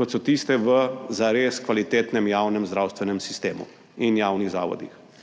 kot so tiste v zares kvalitetnem javnem zdravstvenem sistemu in javnih zavodih,